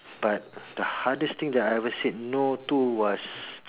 but the hardest thing that I ever said no to was